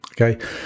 okay